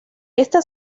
esta